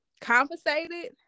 compensated